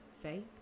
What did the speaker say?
faith